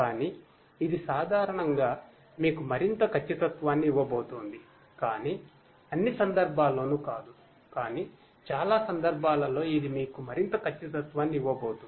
కానీ ఇది సాధారణంగా మీకు మరింత ఖచ్చితత్వాన్ని ఇవ్వబోతోంది కానీ అన్ని సందర్భాల్లోనూ కాదు కానీ చాలా సందర్భాలలో ఇది మీకు మరింతఖచ్చితత్వాన్ని ఇవ్వబోతోంది